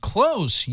Close